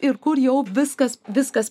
ir kur jau viskas viskas